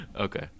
Okay